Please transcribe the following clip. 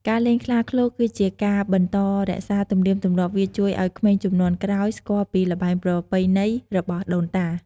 ការលេងខ្លាឃ្លោកគឺជាការបន្តរក្សាទំនៀមទម្លាប់វាជួយឱ្យក្មេងជំនាន់ក្រោយស្គាល់ពីល្បែងប្រពៃណីរបស់ដូនតា។